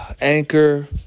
Anchor